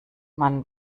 man